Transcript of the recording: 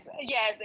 yes